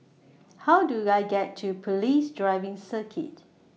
How Do I get to Police Driving Circuit